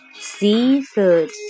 Seafood